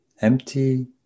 empty